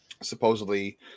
supposedly